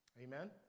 Amen